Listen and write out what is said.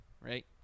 right